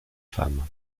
femmes